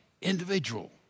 individual